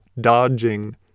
dodging